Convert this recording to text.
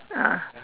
ah